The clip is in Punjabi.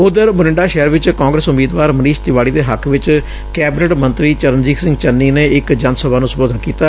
ਉਧਰ ਮੁਰਿੰਡਾ ਸ਼ਹਿਰ ਚ ਕਾਂਗਰਸ ਉਮੀਦਵਾਰ ਮਨੀਸ਼ ਤਿਵਾੜੀ ਦੇ ਹੱਕ ਚ ਕੈਬਨਿਟ ਮੰਤਰੀ ਚਰਨਜੀਤ ਸਿੰਘ ਚੰਨੀ ਨੇ ਇਕ ਜਨ ਸਭਾ ਨੂੰ ਸੰਬੋਧਤ ਕੀਤਾ